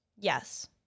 yes